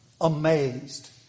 amazed